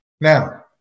Now